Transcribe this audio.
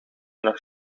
nog